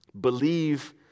Believe